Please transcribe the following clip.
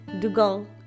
Dugong